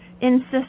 insist